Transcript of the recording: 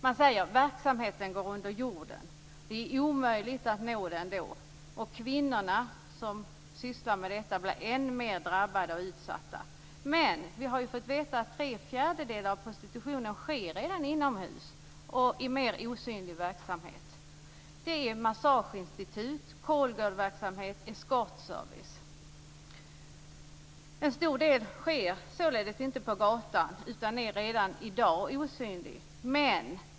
Man säger att verksamheten går under jorden, att det då är omöjligt att nå den och att kvinnorna som sysslar med denna verksamhet blir än mer drabbade och utsatta. Men vi har fått veta att tre fjärdedelar av prostitutionen redan sker inomhus och i mer osynlig verksamhet. Det är massageinstitut, callgirl-verksamhet och eskortservice. En stor del sker således inte på gatan utan är redan i dag osynlig.